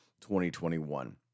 2021